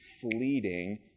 fleeting